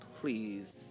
please